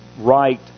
right